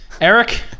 Eric